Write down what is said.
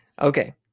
Okay